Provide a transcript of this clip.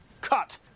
Cut